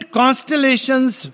constellations